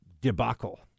debacle